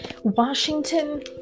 washington